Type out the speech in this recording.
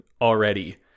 already